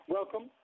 Welcome